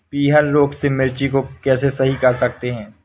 पीहर रोग से मिर्ची को कैसे सही कर सकते हैं?